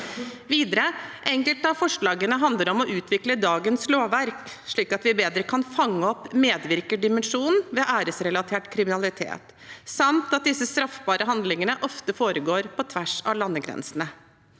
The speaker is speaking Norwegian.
handler enkelte av forslagene om å utvikle dagens lovverk slik at vi bedre kan fange opp medvirkerdimensjonen ved æresrelatert kriminalitet, samt at disse straffbare handlingene ofte foregår på tvers av landegrensene.